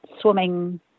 swimming